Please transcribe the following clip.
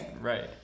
Right